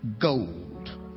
gold